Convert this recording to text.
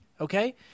Okay